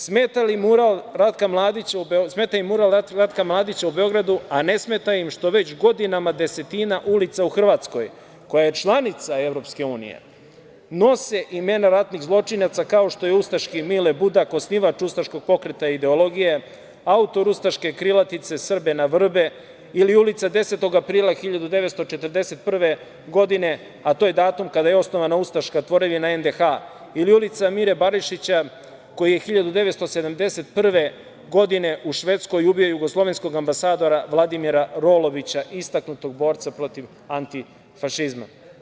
Smeta im mural Ratka Mladića u Beogradu, a ne smeta im što već godinama desetina ulica u Hrvatskoj, koja je članica EU, nose imena ratnih zločinaca, kao što je ustaški Mile Budak osnivač ustaškog pokreta i ideologije, autor ustaške krilatice „Srbe na vrbe“ ili ulica 10. aprila 1941. godine, a to je datum kada je osnovana ustaška tvorevina NDH ili ulica Mire Barišića koji je 1971. godine u Švedskoj ubio jugoslovenskog ambasadora Vladimira Rolovića, istaknutog borca protiv fašizma.